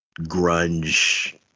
grunge